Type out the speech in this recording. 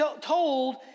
told